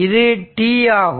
இது t ஆகும்